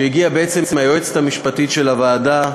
שהגיע מהיועצת המשפטית של הוועדה,